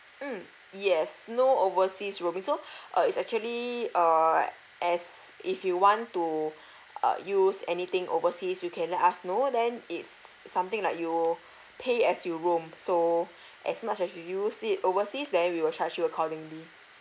mm yes no overseas roaming so uh it's actually uh as if you want to uh use anything overseas you can let us know then it's something like you pay as you roam so as much as you use it overseas then we will charge you accordingly